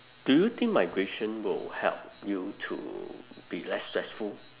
do you think migration will help you to be less stressful